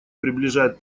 приближает